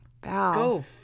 Go